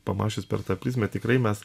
pamačius per tą prizmę tikrai mes